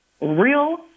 real